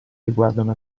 riguardano